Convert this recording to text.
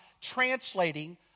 translating